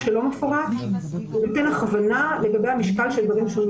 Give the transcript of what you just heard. שלא מפורט נותן הכוונה לגבי המשקל של דברים שונים